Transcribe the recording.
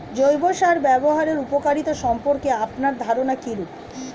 জৈব সার ব্যাবহারের উপকারিতা সম্পর্কে আপনার ধারনা কীরূপ?